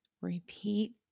repeat